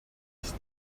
ist